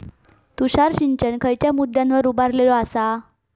तुषार सिंचन खयच्या मुद्द्यांवर उभारलेलो आसा?